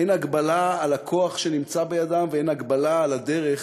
אין הגבלה על הכוח שנמצא בידם ואין הגבלה על הדרך